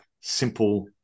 simple